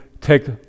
take